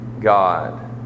God